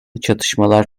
çatışmalar